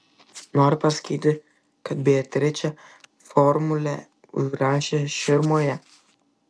nori pasakyti kad beatričė formulę užrašė širmoje